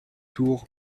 tour